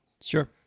Sure